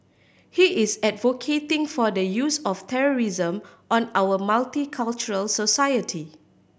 he is advocating for the use of terrorism on our multicultural society